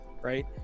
right